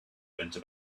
into